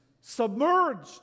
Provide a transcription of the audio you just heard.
submerged